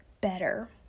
better